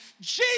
Jesus